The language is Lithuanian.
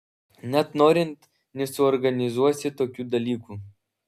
net norint nesuorganizuosi tokių dalykų